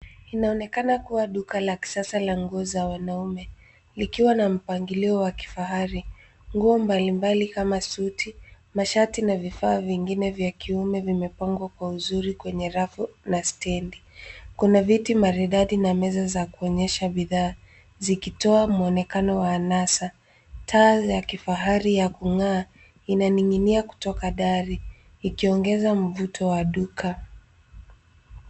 Inaonekana kuwa duka la kisasa la nguo za wanaume, likiwa na mpangilio wa kifahari. Nguo mbalimbali kama suti, mashati, na vifaa vingine vya kiume vimepangwa kwa uzuri kwenye rafu na stendi. Kuna viti maridadi na meza za kuonyesha bidhaa, zikitoa muonekano wa anasa. Taa za kifahari ya kung'aa, inaning'inia kutoka dari, ikiongeza mvuto wa duka.